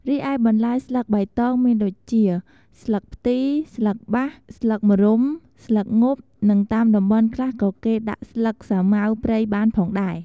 រីឯបន្លែស្លឹកបៃតងមានដូចជា ស្លឹកផ្ទី ស្លឹកបាស ស្លឹកម្រុំ ស្លឹកងប់ និងតាមតំបន់ខ្លះក៏គេដាក់ស្លឹកសាម៉ាវព្រៃបានផងដែរ។